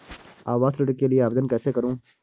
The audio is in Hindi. आवास ऋण के लिए आवेदन कैसे करुँ?